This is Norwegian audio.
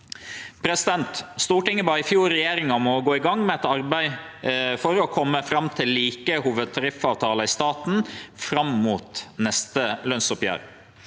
bad Stortinget regjeringa om å gå i gang med eit arbeid for å kome fram til like hovudtariffavtalar i staten fram mot neste lønsoppgjer.